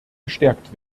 gestärkt